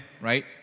Right